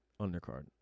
undercard